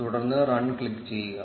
തുടർന്ന് run click ചെയ്യുക